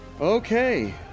Okay